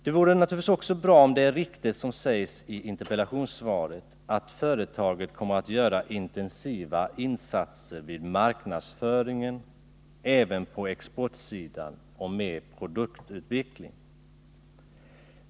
Det vore bra om det är riktigt som sägs i interpellationssvaret att företaget kommer att göra intensiva insatser vid marknadsföringen, även på exportsidan, och med produktutveckling.